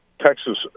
Texas